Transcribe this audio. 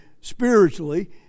spiritually